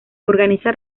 organiza